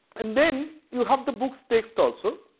and then you have the books text also